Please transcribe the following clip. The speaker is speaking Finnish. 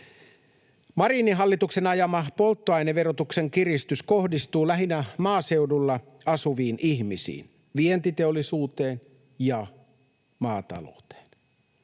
Marinin hallituksen ajama polttoaineverotuksen kiristys kohdistuu lähinnä maaseudulla asuviin ihmisiin, vientiteollisuuteen ja maatalouteen.